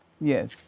Yes